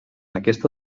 aquesta